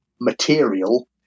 material